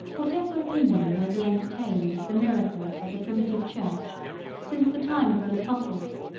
whatever opinion may be entertained of the miracles of the primitive church since the time of the apostles,